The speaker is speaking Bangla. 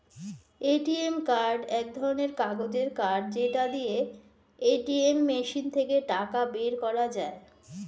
এ.টি.এম কার্ড এক ধরণের কাগজের কার্ড যেটা দিয়ে এটিএম মেশিন থেকে টাকা বের করা যায়